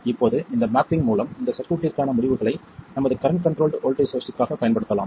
இப்போது இந்த மேப்பிங் மூலம் இந்த சர்க்யூட்டிற்கான முடிவுகளை நமது கரண்ட் கண்ட்ரோல்ட் வோல்ட்டேஜ் சோர்ஸ்ற்காகப் பயன்படுத்தலாம்